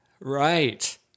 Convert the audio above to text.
Right